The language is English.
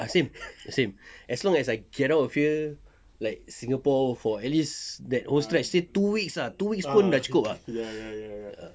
ah same same as long as I get out of here like singapore for at least that whole stretch two weeks ah two weeks pun dah cukup